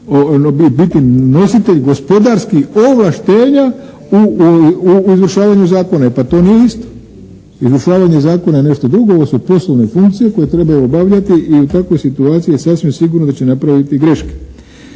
biti nositelj gospodarskih ovlaštenja u izvršavanju zakona. E pa to nije isto! Izvršavanje zakona je nešto drugo, ovo su poslovne funkcije koje trebaju obavljati i u takvoj situaciji je sasvim sigurno da će napraviti greške.